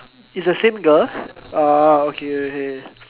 is the same girl orh okay okay